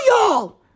y'all